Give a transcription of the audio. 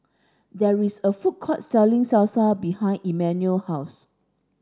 there is a food court selling Salsa behind Emmanuel house